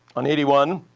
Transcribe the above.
on eighty one,